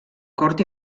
cort